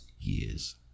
years